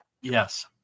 Yes